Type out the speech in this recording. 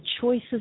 choices